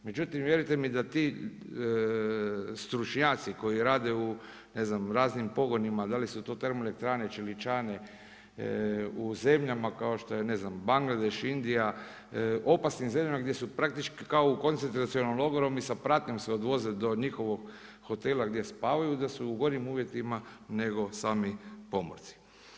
Međutim, vjerujte mi da ti stručnjaci koji rade u ne znam raznim pogonima da li su to termoelektrane, čeličane u zemljama kao što je ne znam Bangladeš, Indija, opasnim zemljama gdje su praktički kao u koncentracionom logoru i sa pratnjom se odvoze do njihovog hotela gdje spavaju, da su u gorim uvjetima nego sami pomorci.